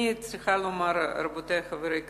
אני צריכה לומר, רבותי חברי הכנסת,